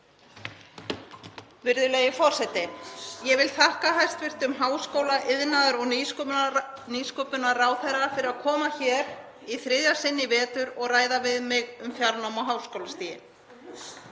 Virðulegi forseti. Ég vil þakka hæstv. háskóla-, iðnaðar- og nýsköpunarráðherra fyrir að koma hér í þriðja sinn í vetur og ræða við mig um fjarnám á háskólastigi.